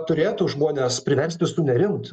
turėtų žmones priversti sunerimt